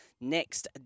next